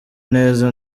neza